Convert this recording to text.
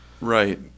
Right